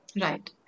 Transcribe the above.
Right